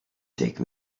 take